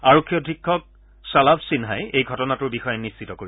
আৰক্ষী অধীক্ষক শ্বালাভ সিন্হাই এই ঘটনাটোৰ বিষয়ে নিশ্চিত কৰিছে